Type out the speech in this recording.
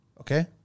Okay